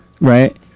right